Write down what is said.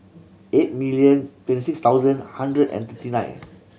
eight million twenty six thousand hundred and thirty nine